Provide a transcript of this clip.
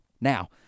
Now